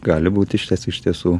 gali būti šitas iš tiesų